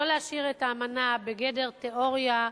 לא להשאיר את האמנה בגדר תיאוריה,